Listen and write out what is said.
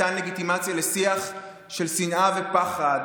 מתן לגיטימציה לשיח של שנאה ופחד,